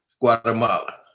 Guatemala